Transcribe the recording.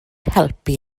helpu